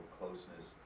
closeness